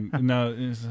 no